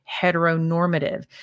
heteronormative